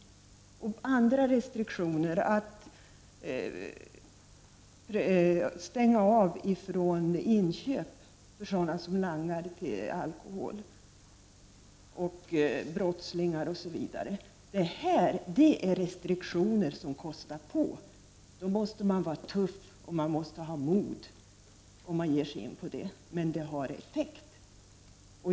Men också andra restriktioner — t.ex. att brottslingar och de som langar alkohol skall utestängas från inköp av alkohol. Det här är restriktioner som kostar på. Man måste vara tuff och ha mod om man ger sig in på dem, men de har effekt.